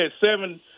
seven